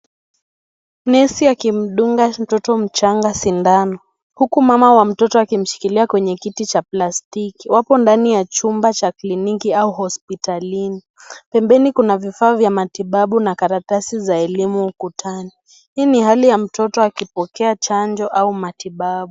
Nesi akimdunga mtoto mchanga sindano ,huku mama wa mtoto akimshikilia kwenye kiti cha plastiki, wapo ndani ya chumba cha kliniki au hospitalini. Pembeni kuna vifaa vya matibabu na karatasi za elimu ukutani, hii ni hali ya mtoto akipokea chanjo au matibabu.